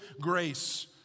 grace